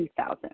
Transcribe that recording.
2000